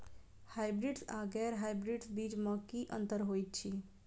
Hybrids आ गैर hybrids बीज म की अंतर होइ अछि?